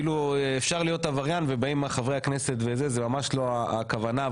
כאילו אפשר להיות עבריין ובאים חברי הכנסת וזה זה ממש לא הכוונה,